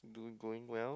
doing going well